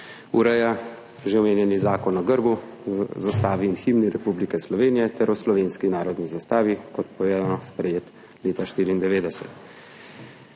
ureja že omenjeni Zakon o grbu, zastavi in himni Republike Slovenije ter o slovenski narodni zastavi, kot povedano, sprejet leta 1994.